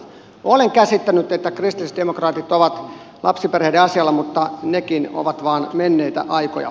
olen käsittänyt että kristillisdemokraatit ovat lapsiperheiden asialla mutta nekin ovat vain menneitä aikoja